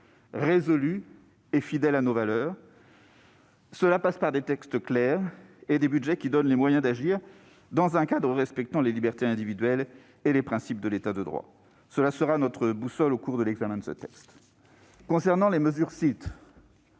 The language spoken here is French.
déterminés et fidèles à nos valeurs. Cela suppose des textes clairs, des budgets qui donnent les moyens d'agir, ainsi qu'un cadre respectant les libertés individuelles et les principes de l'État de droit. Telle sera notre boussole au cours de l'examen de ce texte. Votée à l'automne 2017,